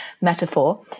metaphor